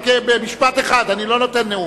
רק במשפט אחד, אני לא נותן נאום.